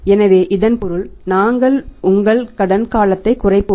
எனவே இதன் பொருள் நாங்கள் உங்கள் கடன் காலத்தை குறைப்போம்